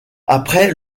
après